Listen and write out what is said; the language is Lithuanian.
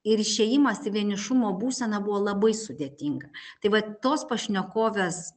ir išėjimas į vienišumo būseną buvo labai sudėtinga tai vat tos pašnekovės